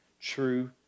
true